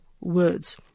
words